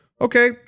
Okay